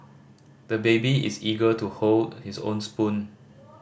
the baby is eager to hold his own spoon